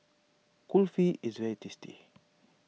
Kulfi is very tasty